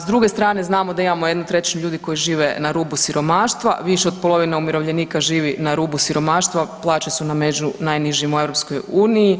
S druge strane znamo da imamo 1/3 ljudi koji žive na rubu siromaštva, više od polovine umirovljenika živi na rubu siromaštva, plaće su među najnižima u EU.